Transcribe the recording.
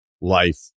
life